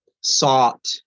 sought